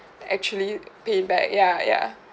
actually pay it back ya ya